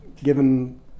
given